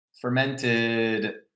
fermented